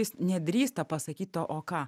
jis nedrįsta pasakyt to o ką